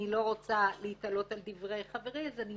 אני לא רוצה להיתלות על דברי חברי, אז אני